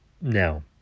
Now